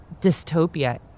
dystopia